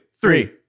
three